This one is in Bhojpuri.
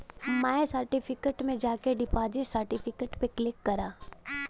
माय सर्टिफिकेट में जाके डिपॉजिट सर्टिफिकेट पे क्लिक करा